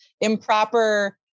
improper